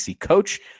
coach